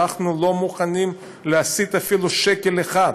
אנחנו לא מוכנים להסיט אפילו שקל אחד,